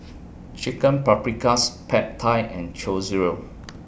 Chicken Paprikas Pad Thai and Chorizo